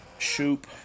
Shoop